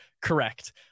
correct